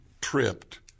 tripped